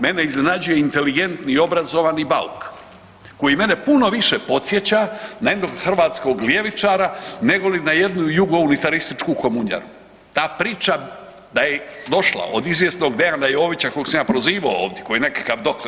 Mene iznenađuje intelektualni i obrazovani Bauk koji mene puno više podsjeća na jednog hrvatskog ljevičara negoli na jednu jugounitarističku komunjaru, ta priča da je došla od izvjesnog Dejana Jovića kojeg sam ja prozivao ovdje, koji je nekakav doktor.